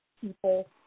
people